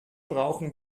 brauchen